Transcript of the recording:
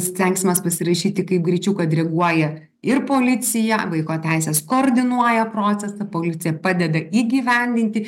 stengsimės pasirašyti kaip greičiau kad reaguoja ir policija vaiko teises koordinuoja procesą policija padeda įgyvendinti